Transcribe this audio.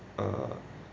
uh